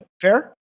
Fair